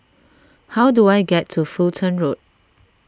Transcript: how do I get to Fulton Road